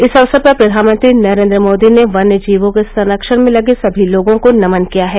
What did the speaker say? इस अवसर पर प्रधानमंत्री नरेंद्र मोदी ने वन्यजीयों के संरक्षण में लगे सभी लोगों को नमन किया है